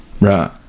Right